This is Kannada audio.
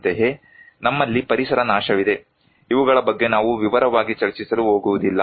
ಅಂತೆಯೇ ನಮ್ಮಲ್ಲಿ ಪರಿಸರ ನಾಶವಿದೆ ಇವುಗಳ ಬಗ್ಗೆ ನಾವು ವಿವರವಾಗಿ ಚರ್ಚಿಸಲು ಹೋಗುವುದಿಲ್ಲ